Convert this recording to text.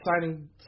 signing